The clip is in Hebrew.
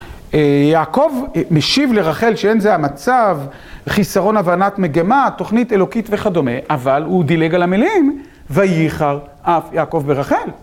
יעקב משיב לרחל שאין זה המצב, חיסרון הבנת מגמה, תוכנית אלוקית וכדומה, אבל הוא דילג על המילים- ויחר אף יעקב ורחל.